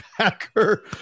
Packer